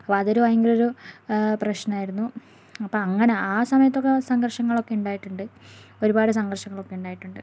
അപ്പോൾ അതൊരു ഭയങ്കര ഒരു പ്രശ്നമായിരുന്നു അപ്പോൾ അങ്ങനെ ആ സമയത്തൊക്കെ സംഘർഷങ്ങളൊക്കെ ഉണ്ടായിട്ടുണ്ട് ഒരുപാട് സംഘർഷങ്ങളൊക്കെ ഉണ്ടായിട്ടുണ്ട്